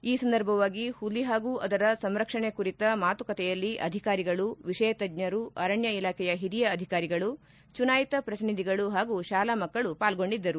ಈ ಸಂದರ್ಭವಾಗಿ ಹುಲಿ ಹಾಗೂ ಅದರ ಸಂರಕ್ಷಣೆ ಕುರಿತ ಮಾತುಕತೆಯಲ್ಲಿ ಅಧಿಕಾರಿಗಳು ವಿಷಯ ತಜ್ವರು ಅರಣ್ಯ ಇಲಾಖೆಯ ಹಿರಿಯ ಅಧಿಕಾರಿಗಳು ಚುನಾಯಿತ ಪ್ರತಿನಿಧಿಗಳು ಹಾಗೂ ಶಾಲಾ ಮಕ್ಕಳು ಪಾಲ್ಗೊಂಡಿದ್ದರು